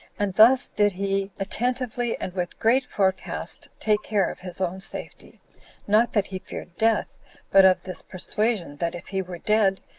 and thus did he attentively, and with great forecast, take care of his own safety not that he feared death, but of this persuasion, that if he were dead,